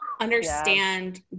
understand